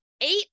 eight